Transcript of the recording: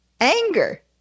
anger